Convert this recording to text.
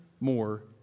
more